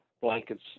blankets